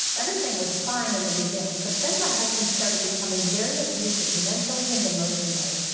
everything was fine in the beginning but then my husband started becoming very abusive mentally and emotionally.